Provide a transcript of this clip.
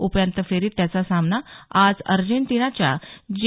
उपांत्य फेरीत त्याचा सामना आज अर्जेंटिनाच्या जे